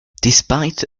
despite